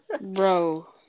Bro